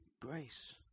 Grace